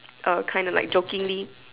uh kind of like jokingly